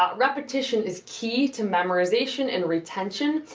ah repetition is key to memorization and retention.